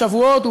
בשבועות,